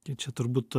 tai čia turbūt